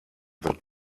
that